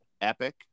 Epic